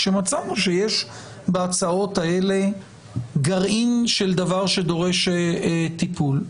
כשמצאנו שיש בהצעות האלה גרעין של דבר שדורש טיפול.